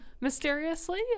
mysteriously